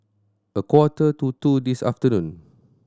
a quarter to two this afternoon